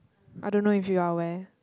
I don't know if you're aware